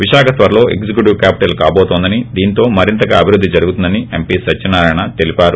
విశాఖ త్వరలో executive capital కాబోతోందని దీంతో మరింతగా అభివృద్ధి జరుగుతుందని పంపీ సత్యనారాయణ తేలిపారు